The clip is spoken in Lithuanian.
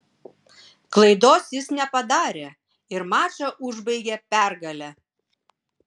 klaidos jis nepadarė ir mačą užbaigė pergale